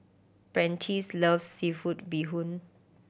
Prentice loves seafood bee hoon